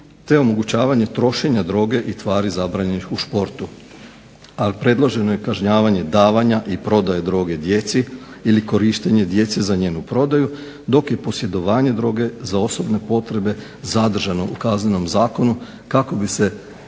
te omogućavanje trošenja droge i tvari zabranjenih u športu. Ali predloženo je kažnjavanje davanja i prodaje drogi djeci ili korištenje djece za njenu prodaju, dok je posjedovanje droge za osobne potrebe zadržano u Kaznenom zakonu kako bi se